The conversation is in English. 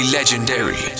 Legendary